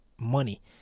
money